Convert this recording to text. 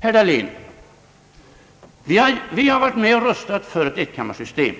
Herr Dahlén, vi har varit med och röstat för ett enkammarsystem,